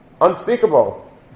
unspeakable